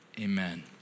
amen